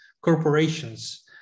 corporations